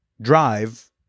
drive